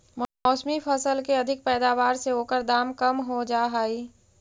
मौसमी फसल के अधिक पैदावार से ओकर दाम कम हो जाऽ हइ